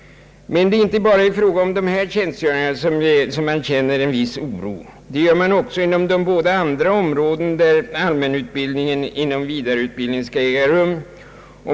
Det är inte bara i fråga om dessa tjänstgöringar man upplever en viss oro. Det gör man också inom de båda andra områden där allmänutbildning inom vidareutbildningen skall äga rum.